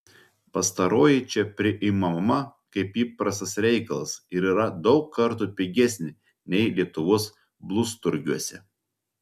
pastaroji čia priimama kaip įprastas reikalas ir yra daug kartų pigesnė nei lietuvos blusturgiuose